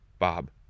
Bob